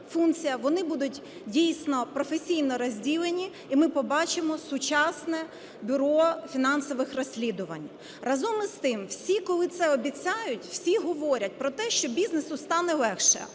вони будуть, дійсно, професійно розділені, і ми побачимо сучасне Бюро фінансових розслідувань. Разом з тим, всі, коли це обіцяють, всі говорять про те, що бізнесу стане легше.